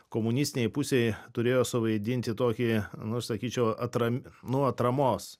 komunistinei pusėj turėjo suvaidinti tokį nu sakyčiau atra nu atramos